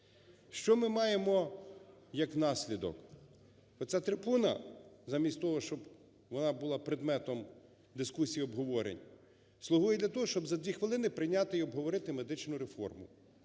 Що ми маємо як наслідок? Оця трибуна замість того, щоб вона була предметом дискусій і обговорень, слугує для того, щоб за дві хвилини прийняти і обговорити медичну реформу.